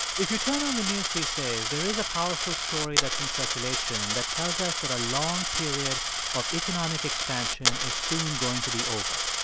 if you turn on the news these days, there is a powerful story that's in circulation that tells us that a long period of economic expansion is soon going to be over